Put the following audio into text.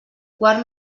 quart